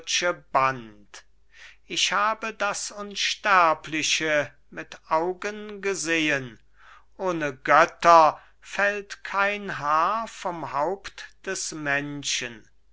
band ich habe das unsterbliche mit augen gesehen ohne götter fällt kein haar vom haupt des menschen